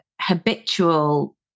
habitual